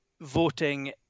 voting